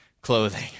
clothing